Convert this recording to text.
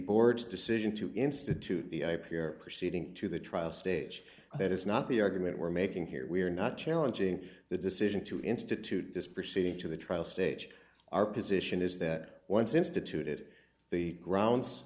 board's decision to institute the i p r proceeding to the trial stage that is not the argument we're making here we are not challenging the decision to institute this proceeding to the trial stage our position is that once instituted the grounds